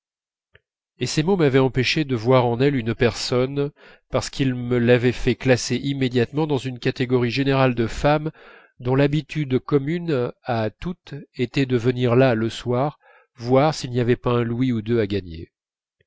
et ces mots m'avaient empêché de voir en elle une personne parce qu'ils me l'avaient fait classer immédiatement dans une catégorie générale de femmes dont l'habitude commune à toutes était de venir là le soir voir s'il n'y avait pas un louis ou deux à gagner